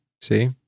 See